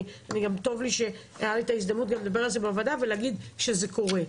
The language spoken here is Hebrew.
טוב שהיתה לי הזדמנות לדבר על זה בוועדה ולהגיד שזה קורה.